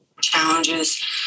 challenges